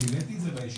כי העליתי את זה בישיבה,